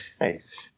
Nice